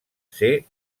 ser